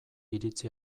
iritzi